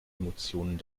emotionen